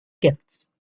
gifts